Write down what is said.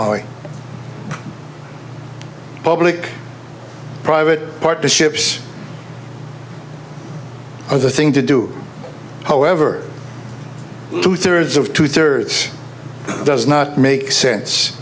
our public private partnerships are the thing to do however two thirds of two thirds does not make sense